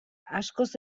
askoz